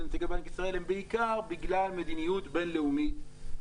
נציגי בנק ישראל הם בעיקר בגלל מדיניות בין-לאומית.